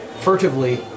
furtively